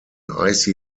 icy